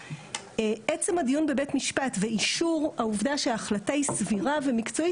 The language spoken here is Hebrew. עצם הדיון בבית המשפט ואישור העובדה שההחלטה היא סבירה ומקצועית,